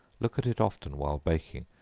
look at it often while baking,